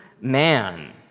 man